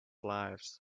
lives